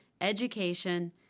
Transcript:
education